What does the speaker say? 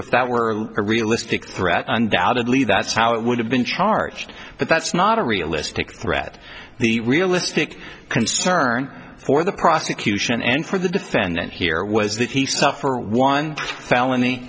if that were a realistic threat undoubtedly that's how it would have been charged but that's not a realistic threat the realistic concern for the prosecution and for the defendant here was that he saw for one